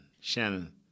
Shannon